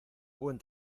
buen